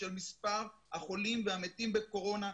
של מספר החולים והמתים בקורונה,